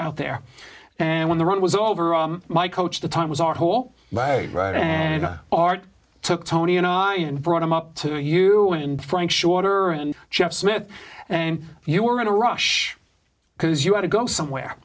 out there and when the run was all over my coach the time was our whole art took tony and i and brought him up to you and frank shorter and jeff smith and you were in a rush because you want to go somewhere